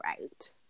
right